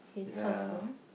ya